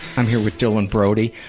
i'm here with dylan brody,